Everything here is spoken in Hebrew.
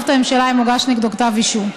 את הממשלה אם הוגש נגדו כתב אישום.